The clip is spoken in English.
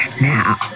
Now